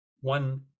one